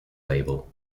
label